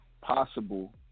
Possible